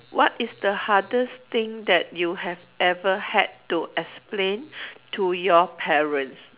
what is the hardest thing that you have ever had to explain to your parents